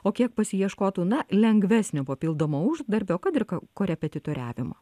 o kiek pasiieškotų na lengvesnio papildomo uždarbio kad ir ka korepetitoriavimo